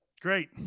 Great